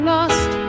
Lost